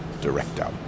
director